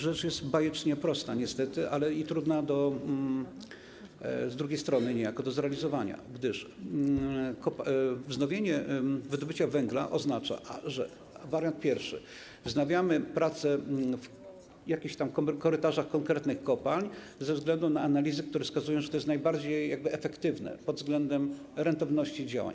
Rzecz jest bajecznie prosta, ale i trudna, z drugiej strony niejako, do zrealizowania, gdyż wznowienie wydobycia węgla oznacza: wariant pierwszy - wznawiamy prace w jakichś korytarzach konkretnych kopalń ze względu na analizy, które wskazują, że to jest najbardziej efektywne pod względem rentowności działań.